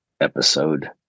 episode